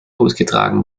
ausgetragen